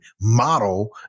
model